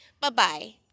Bye-bye